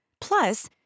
Plus